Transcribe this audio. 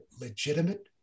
legitimate